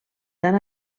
tan